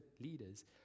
leaders